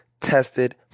tested